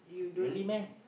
really meh